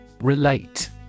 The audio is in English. Relate